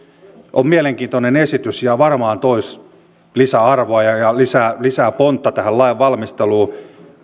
on mielenkiintoinen esitys ja varmaan toisi lisäarvoa ja ja lisää lisää pontta tähän lainvalmisteluun